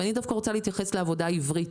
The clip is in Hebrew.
אני רוצה להתייחס לעבודה העברית.